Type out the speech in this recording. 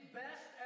best